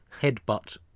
headbutt